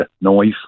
noise